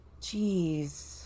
jeez